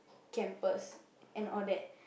campus and all that